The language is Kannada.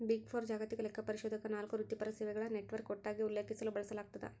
ಬಿಗ್ ಫೋರ್ ಜಾಗತಿಕ ಲೆಕ್ಕಪರಿಶೋಧಕ ನಾಲ್ಕು ವೃತ್ತಿಪರ ಸೇವೆಗಳ ನೆಟ್ವರ್ಕ್ ಒಟ್ಟಾಗಿ ಉಲ್ಲೇಖಿಸಲು ಬಳಸಲಾಗ್ತದ